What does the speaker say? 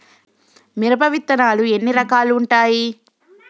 మిరప విత్తనాలు ఎన్ని రకాలు ఉంటాయి?